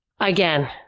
Again